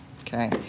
okay